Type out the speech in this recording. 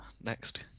next